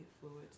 fluids